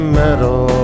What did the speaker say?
metal